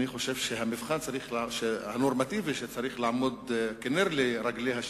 אני חושב שהמבחן הנורמטיבי שצריך להיות נר לרגליהן